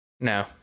No